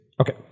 Okay